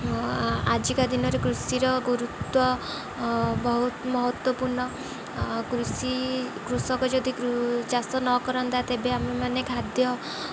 ଆଜିକା ଦିନରେ କୃଷିର ଗୁରୁତ୍ୱ ବହୁତ ମହତ୍ତ୍ୱପୂର୍ଣ୍ଣ କୃଷି କୃଷକ ଯଦି ଚାଷ ନ କରନ୍ତା ତେବେ ଆମେମାନେ ଖାଦ୍ୟ